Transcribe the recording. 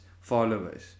followers